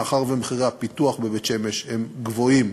מאחר שמחירי הפיתוח בבית-שמש גבוהים,